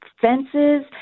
fences